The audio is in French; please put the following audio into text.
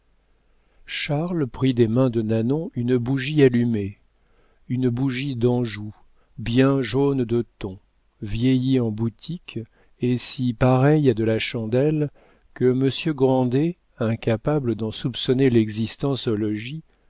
charles prit des mains de nanon une bougie allumée une bougie d'anjou bien jaune de ton vieillie en boutique et si pareille à de la chandelle que monsieur grandet incapable d'en soupçonner l'existence au logis